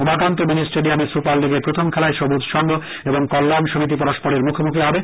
Umakanta mini স্টেডিয়ামে super লীগের প্রথম খেলায় সবুজ সংঘ ও কল্যাণ সমিতি পরস্পরের মুখোমুখি হবে